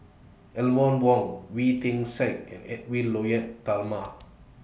Eleanor Wong Wee Tian Siak and Edwy Lyonet Talma